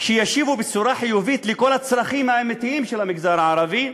שיענו בצורה חיובית על כל הצרכים האמיתיים של המגזר הערבי,